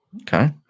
Okay